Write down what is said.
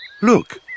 Look